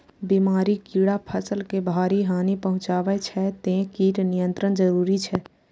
बीमारी, कीड़ा फसल के भारी हानि पहुंचाबै छै, तें कीट नियंत्रण जरूरी छै